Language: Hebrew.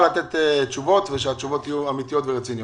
לתת תשובות ושהתשובות יהיו אמיתיות ורציניות.